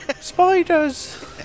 spiders